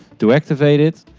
to activated it,